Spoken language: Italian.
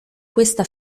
questa